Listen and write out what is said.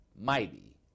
mighty